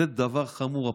זה דבר חמור,